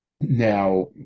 Now